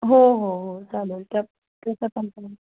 हो हो हो चालेल त्यात तसंपण चालेल